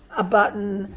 a button.